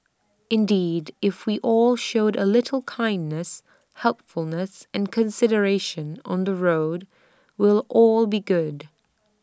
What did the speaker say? indeed if we all showed A little kindness helpfulness and consideration on the road we'll all be good